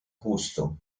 justo